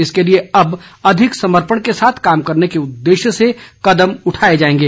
इसके लिए अब अधिक समर्पण के साथ काम करने के उद्देश्य से कदम उठाए जाएंगे